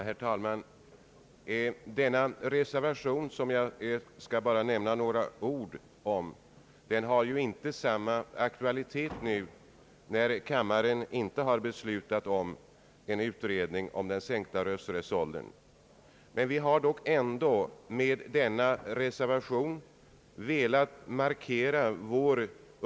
Herr talman! Den reservation, som är fogad till utskottets utlåtande som jag bara skall nämna några ord om, har inte samma aktualitet nu när kammaren inte har beslutat om en utredning angående sänkt rösträttsålder. Med vår reservation har vi ändå velat markera Ang.